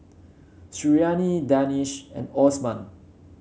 Suriani Danish and Osman